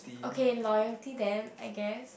okay loyalty then I guess